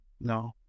No